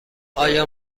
آیا